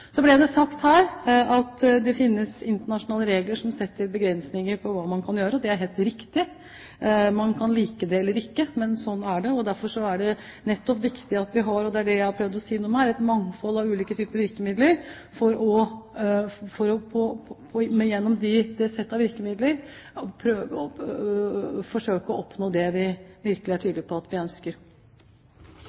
Så ble det sagt her at det finnes internasjonale regler som setter begrensninger for hva man kan gjøre. Det er helt riktig. Man kan like det eller ikke, men sånn er det. Derfor er det nettopp viktig at vi har – og det er det jeg har prøvd å si noe om her – et mangfold av ulike typer virkemidler, for gjennom det settet av virkemidler å forsøke å oppnå det vi virkelig er tydelige på at vi ønsker.